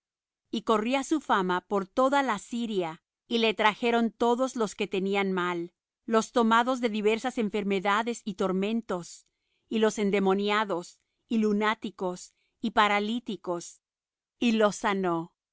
y corría su fama por toda la siria y le trajeron todos los que tenían mal los tomados de diversas enfermedades y tormentos y los endemoniados y lunáticos y paralíticos y los sanó